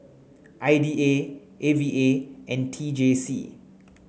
I D A A V A and T J C